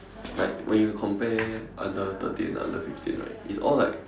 like when you compare under thirteen under fifteen right it's all like